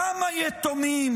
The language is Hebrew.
כמה יתומים?